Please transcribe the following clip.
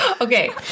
Okay